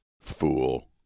Fool